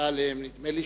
נדמה לי